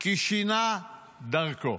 כי שינה דרכו.